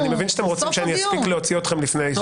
אני מבין שאתם רוצים שאני אספיק להוציא אתכם לפני סוף הדיון.